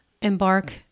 embark